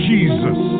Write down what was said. Jesus